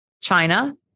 China